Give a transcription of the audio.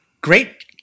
great